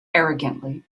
arrogantly